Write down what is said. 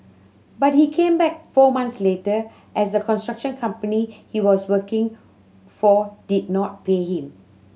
but he came back four month later as the construction company he was working for did not pay him